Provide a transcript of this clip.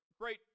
great